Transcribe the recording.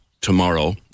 tomorrow